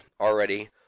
already